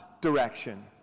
direction